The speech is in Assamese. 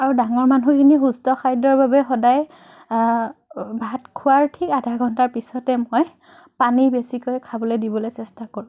আৰু ডাঙৰ মানুহখিনি সুস্থ খাদ্যৰ বাবে সদায় ভাত খোৱাৰ ঠিক আধা ঘণ্টাৰ পিছতে মই পানী বেছিকৈ খাবলৈ দিবলৈ চেষ্টা কৰোঁ